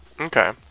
Okay